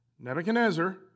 Nebuchadnezzar